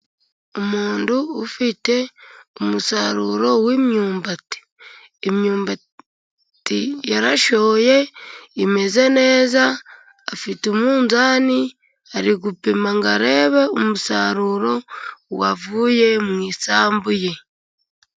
Umuntu ufite umusaruro w'imyumbati. Imyumbati yarashoye imeze neza, afite umunzani ari gupima ngo arebe umusaruro wavuye mu isambu ye.